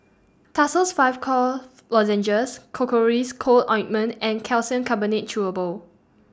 Tussils five Cough Lozenges Cocois Co Ointment and Calcium Carbonate Chewable